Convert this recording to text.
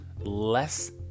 less